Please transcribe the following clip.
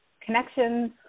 connections